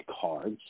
cards